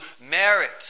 merit